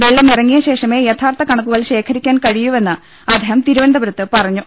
വെള്ളം ഇറങ്ങിയ ശേഷമെ യഥാർത്ഥ കണ ക്കുകൾ ശേഖരിക്കാൻ കഴിയൂവെന്ന് അദ്ദേഹം തിരുവനന്തപുരത്ത് പറഞ്ഞു